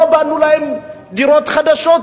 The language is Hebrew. לא בנו להם דירות חדשות,